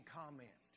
comment